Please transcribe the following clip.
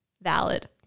valid